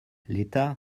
l’état